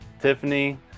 Tiffany